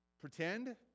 pretend